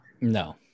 No